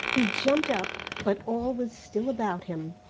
he jumped up, but all was still about him.